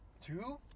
Two